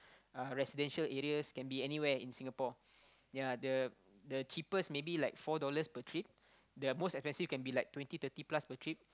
uh residential areas can be anywhere in Singapore yea the the cheapest maybe like four dollars per trip the most expensive can be like twenty thirty plus per trip